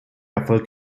erfolgt